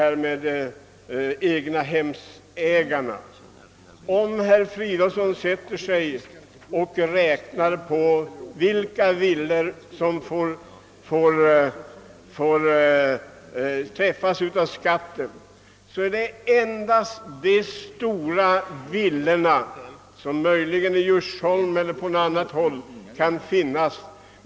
Om herr Fridolfsson sätter sig ned och räknar efter vilka som träffats av skatten kommer han att finna att det endast är de stora villorna — de som finns i Djursholm eller på liknande ställen.